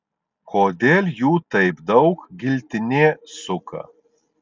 kodėl jų taip daug giltinė suka